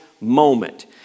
moment